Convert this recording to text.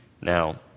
Now